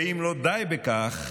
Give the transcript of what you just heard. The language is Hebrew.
ואם לא די בכך,